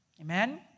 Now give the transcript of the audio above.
amen